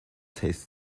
tastes